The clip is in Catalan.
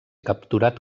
capturat